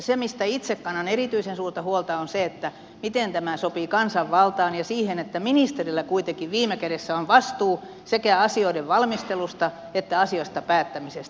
se mistä itse kannan erityisen suurta huolta on se miten tämä sopii kansanvaltaan ja siihen että ministerillä kuitenkin viime kädessä on vastuu sekä asioiden valmistelusta että asioista päättämisestä